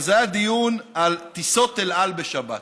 זה היה דיון על טיסות אל על בשבת.